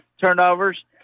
Turnovers